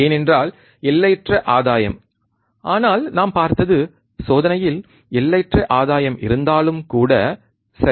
ஏனென்றால் எல்லையற்ற ஆதாயம் ஆனால் நாம் பார்த்தது சோதனையில் எல்லையற்ற ஆதாயம் இருந்தாலும் கூட சரி